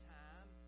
time